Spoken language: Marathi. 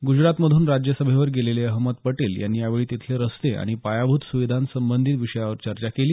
गुजरातमधून राज्यसभेवर गेलेले अहमद पटेल यांनी यावेळी तिथले रस्ते आणि पायाभूत सुविधांसंबंधित विषयांवर चर्चा केली